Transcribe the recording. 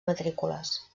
matrícules